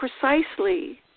precisely